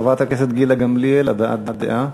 חברת הכנסת גילה גמליאל, הבעת דעה.